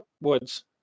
Woods